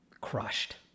crushed